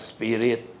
Spirit